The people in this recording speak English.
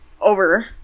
over